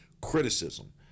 criticism